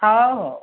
ହଉ ହଉ